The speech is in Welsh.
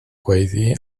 gweiddi